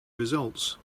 results